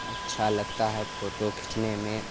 اچھا لگتا ہے پھوٹو کھینچنے میں